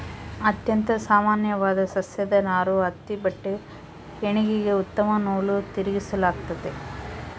ಅತ್ಯಂತ ಸಾಮಾನ್ಯವಾದ ಸಸ್ಯದ ನಾರು ಹತ್ತಿ ಬಟ್ಟೆಗೆ ಹೆಣಿಗೆಗೆ ಉತ್ತಮ ನೂಲು ತಿರುಗಿಸಲಾಗ್ತತೆ